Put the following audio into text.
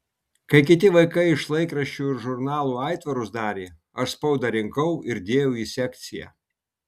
kai kiti vaikai iš laikraščių ir žurnalų aitvarus darė aš spaudą rinkau ir dėjau į sekciją